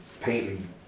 painting